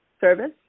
service